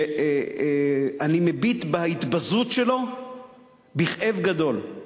שאני מביט בהתבזות שלו בכאב גדול.